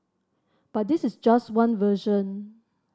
but this is just one version